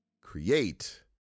create